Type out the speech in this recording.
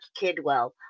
Kidwell